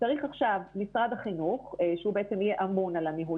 צריך עכשיו משרד החינוך - שהוא בעצם יהיה אמון על הניהול